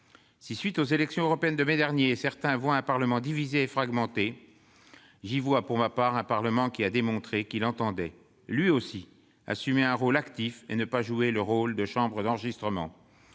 la suite des élections européennes du mois de mai dernier, certains voient un Parlement divisé et fragmenté. Pour ma part, j'y vois un Parlement qui a démontré qu'il entendait, lui aussi, assumer un rôle actif et ne pas se contenter de celui de chambre d'enregistrement.